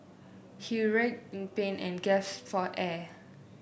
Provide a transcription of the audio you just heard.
he writhed in pain and gasped for air